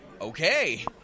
okay